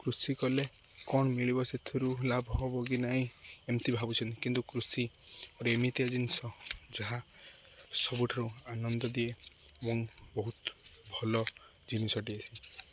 କୃଷି କଲେ କ'ଣ ମିଳିବ ସେଥିରୁ ଲାଭ ହବ କି ନହିଁ ଏମିତି ଭାବୁଛନ୍ତି କିନ୍ତୁ କୃଷି ଏମିତିଆ ଜିନିଷ ଯାହା ସବୁଠାରୁ ଆନନ୍ଦ ଦିଏ ଏବଂ ବହୁତ ଭଲ ଜିନିଷଟିଏସି